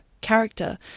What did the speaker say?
Character